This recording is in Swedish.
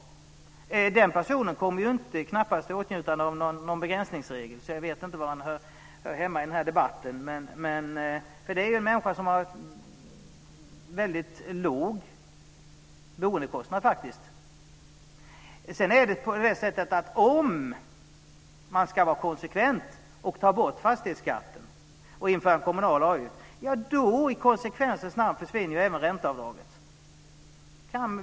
Den personen kommer knappast i åtnjutande av någon begränsningsregel, så jag vet inte var han hör hemma i den här debatten. Den här personen har faktiskt en väldigt låg boendekostnad. Om man ska vara konsekvent och ta bort fastighetsskatten och införa en kommunal avgift försvinner, i konsekvensens namn, även ränteavdraget.